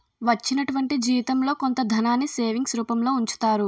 వచ్చినటువంటి జీవితంలో కొంత ధనాన్ని సేవింగ్స్ రూపంలో ఉంచుతారు